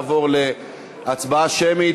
אנחנו כבר נעבור להצבעה שמית.